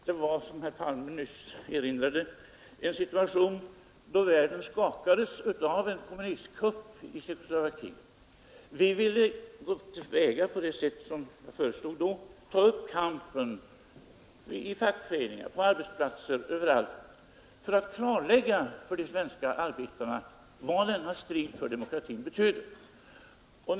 Då förelåg, som herr Palme nyss erinrade om, en situation då världen upprördes av en kommunistisk kupp i Tjeckoslovakien. Vi gick till väga på det sätt som jag föreslog för att ta upp kampen i fackföreningar, på arbetsplatser, överallt för att klarlägga för de svenska arbetarna vad denna strid för demokratin betydde.